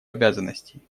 обязанностей